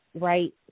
right